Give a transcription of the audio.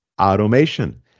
automation